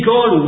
God